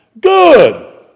Good